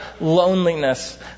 loneliness